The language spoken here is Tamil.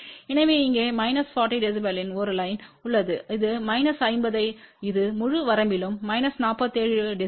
எனவே இங்கே மைனஸ் 40 dBயின் ஒரு லைன் உள்ளது இது மைனஸ் 50 இது முழு வரம்பிலும் மைனஸ் 47 டி